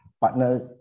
partner